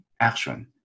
action